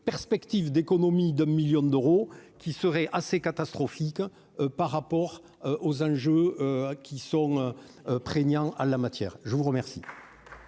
perspective d'économies d'un 1000000 d'euros qui serait assez catastrophique par rapport aux enjeux qui sont prégnants à la matière, je vous remercie.